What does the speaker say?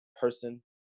person